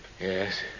Yes